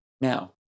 Now